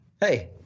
Hey